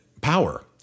power